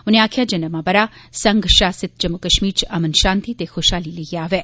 उनें आक्खेआ जे नमां ब रा संघ शासित जम्मू कश्मीर च अमन शांति ते खुशहाली लेइयै आवै